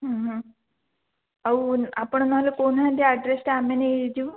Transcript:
ଆଉ ଆପଣ ନହେଲେ କହୁନାହାନ୍ତି ଆଡ଼୍ରେସ୍ଟା ଆମେ ନେଇଯିବୁ